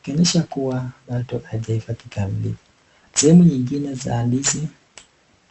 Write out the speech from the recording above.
ikionyesha kuwa bado haijaiva kikamilifu. Sehemu nyingine za ndizi